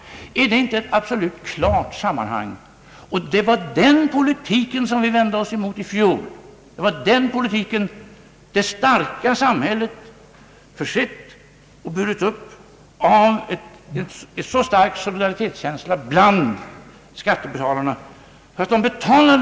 Är inte det ett absolut klart sammanhang? Det var den politiken som vi vände oss emot i fjol. Vår politik däremot — det starka samhället — har försett medborgarna med en så stark solidaritetskänsla att de självmant betalat för olika ting.